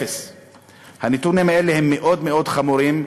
0. הנתונים האלה הם מאוד מאוד חמורים,